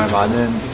um on and